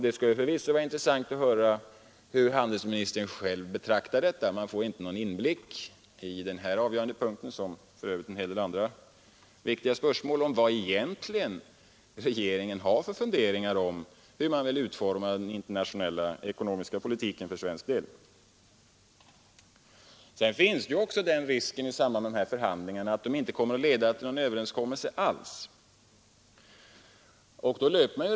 Det skulle förvisso vara intressant att höra hur handelsministern själv betraktar detta. Man får egentligen inte någon inblick i vad regeringen har för funderingar om hur man vill utforma den svenska internationella ekonomiska politiken på den här avgörande punkten. Sedan finns det också den risken i samband med dessa förhandlingar att de inte kommer att leda till någon överenskommelse alls.